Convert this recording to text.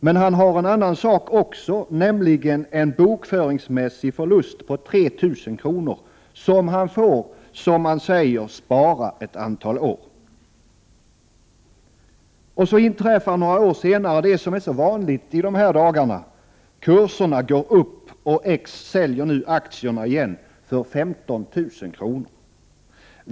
Men han har en annan sak också, nämligen en bokföringsmässig förlust på 3 000 kr., som han får, som man säger, spara ett antal år. Och så inträffar några år senare det som är så vanligt i dessa dagar: Kurserna går upp, och X säljer nu aktierna igen för 15 000 kr.